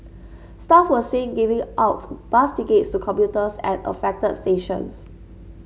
staff were seen giving out bus tickets to commuters at affected stations